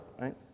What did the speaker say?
right